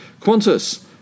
Qantas